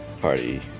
party